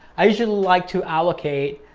i usually like to allocate,